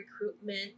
recruitment